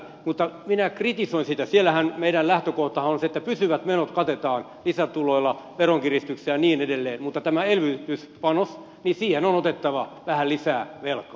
mutta minä kritisoin sitä kun siellähän meidän lähtökohtahan on se että pysyvät menot katetaan lisätuloilla veronkiristyksillä ja niin edelleen että tähän elvytyspanokseen on otettava vähän lisää velkaa